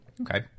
Okay